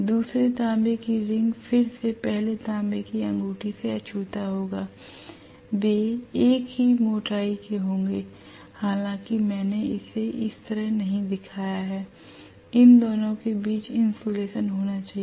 दूसरी तांबे की रिंग फिर से पहले तांबे की अंगूठी से अछूता होगी वे एक ही मोटाई के होंगे हालांकि मैंने इसे इस तरह नहीं दिखाया है इन दोनों के बीच इन्सुलेशन होना चाहिए